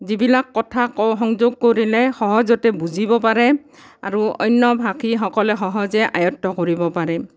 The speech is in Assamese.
যিবিলাক কথা কওঁ সংযোগ কৰিলে সহজতে বুজিব পাৰে আৰু অন্য ভাষীসকলে সহজে আয়ত্ব কৰিব পাৰে